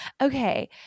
Okay